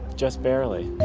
just barely.